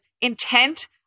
intent